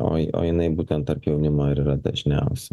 o o jinai būtent tarp jaunimo yra dažniausia